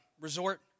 resort